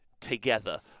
together